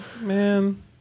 man